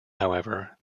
however